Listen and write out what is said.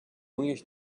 unhas